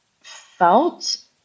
felt